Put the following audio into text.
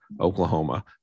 Oklahoma